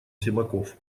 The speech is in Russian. симаков